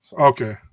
Okay